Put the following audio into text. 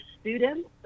students